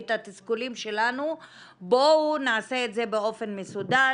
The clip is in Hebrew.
את התסכולים שלנו בואו נעשה את זה באופן מסודר,